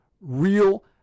real